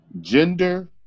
gender